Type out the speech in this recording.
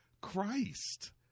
Christ